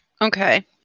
okay